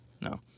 no